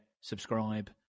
subscribe